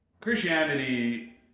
Christianity